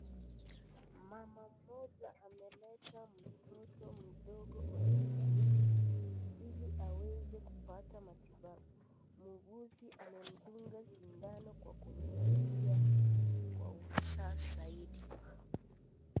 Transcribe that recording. Mama mmoja amebeba mtoto mdogo hospitalini ili aweze kupata matibabu, muuguzi amemdunga sindano kwa kumsaidia kwa ufasaha zaidi.